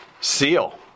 Seal